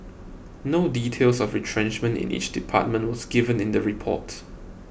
no details of retrenchment in each department was given in the report